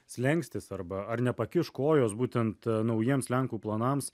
slenkstis arba ar nepakiš kojos būtent naujiems lenkų planams